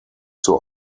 zur